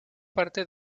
parte